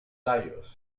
tallos